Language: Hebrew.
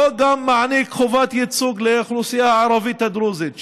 החוק גם מעניק חובת ייצוג לאוכלוסייה הערבית הדרוזית,